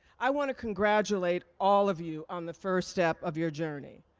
i want to congratulate all of you on the first step of your journey.